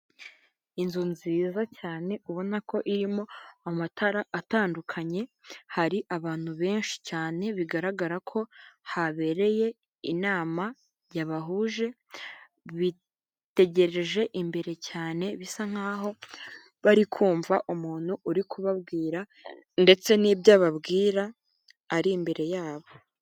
Inzu nziza cyane ubona ko irimo amatara atandukanye hari abantu benshi cyane bigaragara ko habereye inama yabahuje bitegereje imbere cyane bisa nkaho bari kumva umuntu uri kubabwira ndetse n'ibyo ababwira ari imbere yabo.